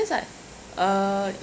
then is like uh